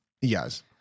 Yes